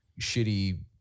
shitty